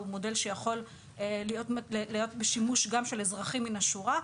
הוא מודל שיכול להיות בשימוש גם של אזרחים מן השורה.